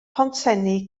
pontsenni